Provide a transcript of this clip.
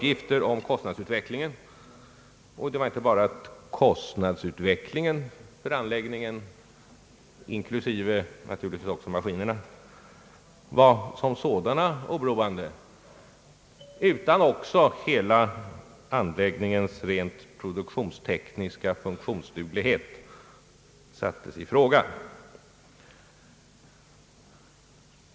Inte bara kostnadsutvecklingen som sådan för anlägggningen inklusive maskiner vara oroande, utan anläggningens rent produktionstekniska funktionsduglighet sattes också i fråga.